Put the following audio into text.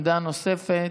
עמדה נוספת,